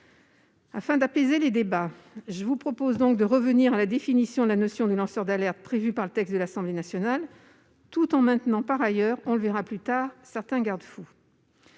afin d'apaiser les débats, je vous propose de revenir à la définition de la notion du lanceur d'alerte prévue par le texte de l'Assemblée nationale, tout en maintenant certains garde-fous